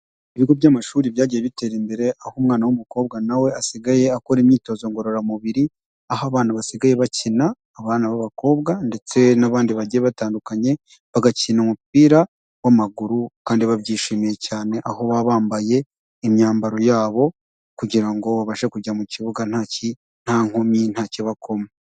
Ibigo by'amashuri byagiye bitera imbere, aho umwana w'umukobwa na we asigaye akora imyitozo ngororamubiri, aho abana basigaye bakina, abana b'abakobwa ndetse n'abandi bagiye batandukanye, bagakina umupira w'amaguru kandi babyishimiye cyane, aho baba bambaye imyambaro yabo, kugira ngo babashe kujya mu kibuga nta ki, nta nkomyi, nta kibakoma.